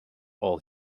all